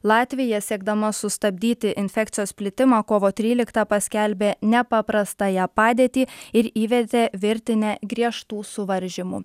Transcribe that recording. latvija siekdama sustabdyti infekcijos plitimą kovo tryliktą paskelbė nepaprastąją padėtį ir įvedė virtinę griežtų suvaržymų